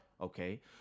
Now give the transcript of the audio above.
Okay